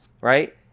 Right